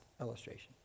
illustration